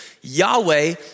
Yahweh